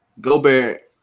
Gobert